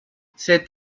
cette